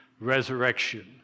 resurrection